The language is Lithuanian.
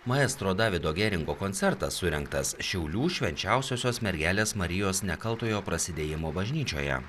maestro davido geringo koncertas surengtas šiaulių švenčiausiosios mergelės marijos nekaltojo prasidėjimo bažnyčioje